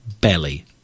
belly